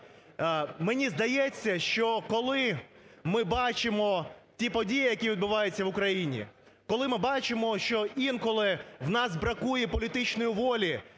Мені здається, що коли ми бачимо ті події, які відбуваються в Україні, коли ми бачимо, що інколи у нас бракує політичної волі